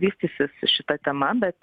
vystysis šita tema bet